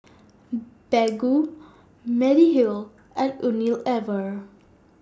Baggu Mediheal and Unilever